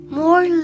more